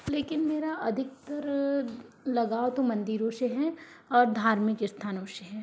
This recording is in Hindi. लेकिन मेरा अधिकतर लगाव तो मंदिरों से है और धार्मिक स्थानों से हैं